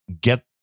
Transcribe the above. get